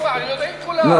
יודעים כולם,